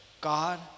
God